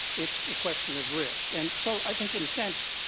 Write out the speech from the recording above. it's a question of risk. and so i think in a sense,